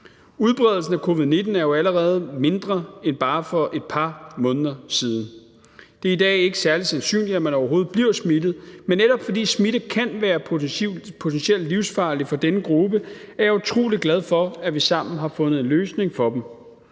Udbredelsen af covid-19 er jo allerede mindre end for bare et par måneder siden. Det er i dag ikke særlig sandsynligt, at man overhovedet bliver smittet, men netop fordi smitte kan være potentielt livsfarlig for denne gruppe, er jeg utrolig glad for, at vi sammen har fundet en løsning for dem.